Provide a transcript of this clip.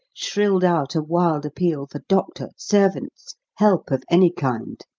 shrilled out a wild appeal for doctor, servants help of any kind.